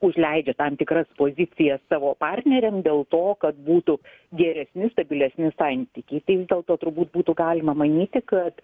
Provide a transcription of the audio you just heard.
užleidžia tam tikras pozicijas savo partneriam dėl to kad būtų geresni stabilesni santykiai tai vis dėlto turbūt būtų galima manyti kad